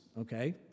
okay